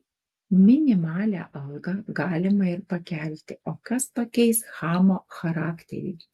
minimalią algą galima ir pakelti o kas pakeis chamo charakterį